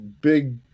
big